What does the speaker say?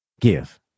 give